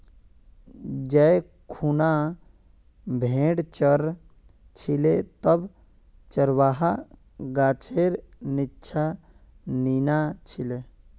जै खूना भेड़ च र छिले तब चरवाहा गाछेर नीच्चा नीना छिले